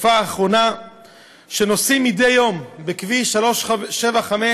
בתקופה האחרונה נוסעים מדי יום בכביש 375,